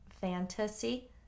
fantasy